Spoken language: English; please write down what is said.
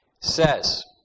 says